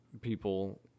people